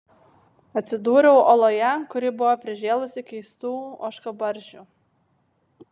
atsidūriau oloje kuri buvo prižėlusi keistų ožkabarzdžių